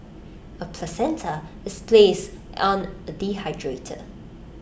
A placenta is placed on A dehydrator